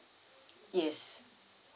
yes